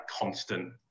constant